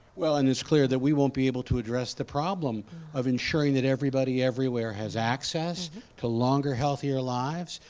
well and it's clear that we won't be able to address the problem of ensuring that everybody everywhere has access to longer, healthier lives,